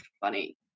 funny